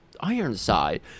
Ironside